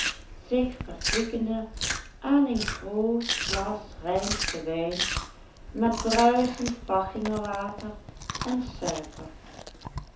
zich verkwikkende aan een groot glas rijnschen wijn met bruisend fachingerwater en suiker